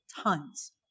Tons